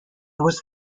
was